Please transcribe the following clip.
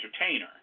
entertainer